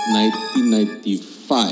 1995